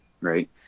right